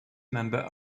member